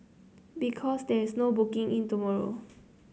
because there's no booking in tomorrow